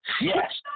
Yes